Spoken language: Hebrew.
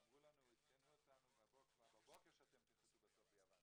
אמרו לנו: עדכנו אותנו כבר בבוקר שאתם תנחתו בסוף ביוון.